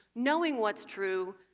knowing what's true.